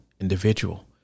individual